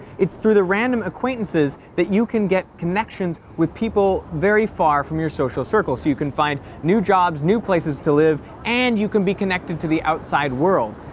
it is through the random acquaintances that you can get connections with people very far from your social circles. so you can find new jobs, new places to live and you can be connected to the outside world.